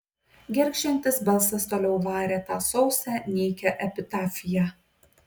gergždžiantis balsas toliau varė tą sausą nykią epitafiją